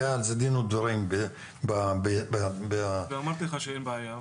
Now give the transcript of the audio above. כי היה על זה דין ודברים --- אמרתי לך שאין בעיה.